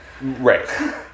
Right